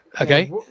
Okay